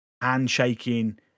handshaking